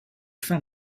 fin